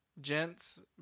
gents